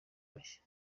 bashya